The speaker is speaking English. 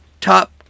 top